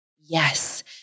Yes